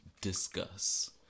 discuss